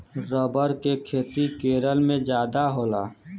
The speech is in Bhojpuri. रबर के खेती केरल में जादा होला